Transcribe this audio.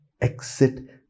exit